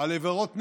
על עבירות נשק,